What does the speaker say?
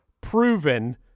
proven